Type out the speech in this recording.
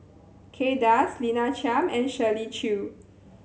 Kay Das Lina Chiam and Shirley Chew